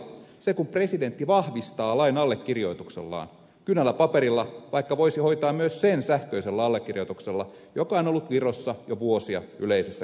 se kun presidentti vahvistaa lain allekirjoituksellaan kynällä paperilla vaikka voisi hoitaa myös sen sähköisellä allekirjoituksella joka on ollut virossa jo vuosia yleisessä käytössä